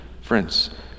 Friends